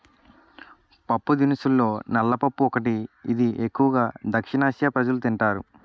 పప్పుదినుసుల్లో నల్ల పప్పు ఒకటి, ఇది ఎక్కువు గా దక్షిణఆసియా ప్రజలు తింటారు